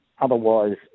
otherwise